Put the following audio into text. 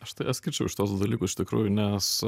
aš tai atskirčiau šituos dalykus iš tikrųjų nes